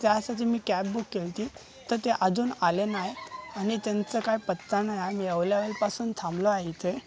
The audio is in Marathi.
तर त्यासाठी मी कॅब बुक केली होती तर ते अजून आले नाही आणि त्यांचं काही पत्ता नाही आहे मी एवढ्या वेळेपासून थांबलो आहे इथे